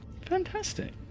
Fantastic